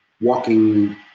walking